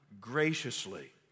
graciously